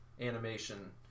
animation